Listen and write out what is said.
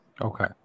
Okay